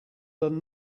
than